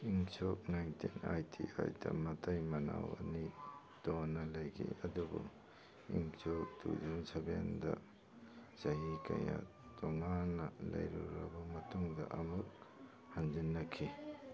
ꯏꯪ ꯁꯣꯛ nineteen eighty ꯑꯩꯠꯇ ꯃꯇꯩ ꯃꯅꯥꯎ ꯑꯅꯤ ꯇꯣꯟꯅ ꯂꯩꯈꯤ ꯑꯗꯨꯕꯨ ꯏꯪ ꯁꯣꯛ ꯇꯨ ꯊꯥꯎꯖꯟ ꯁꯕꯦꯟꯗ ꯆꯍꯤ ꯀꯌꯥ ꯇꯣꯡꯉꯥꯟꯅ ꯂꯩꯔꯨꯔꯕ ꯃꯇꯨꯡꯗ ꯑꯃꯨꯛ ꯍꯟꯖꯤꯟꯅꯈꯤ